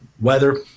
weather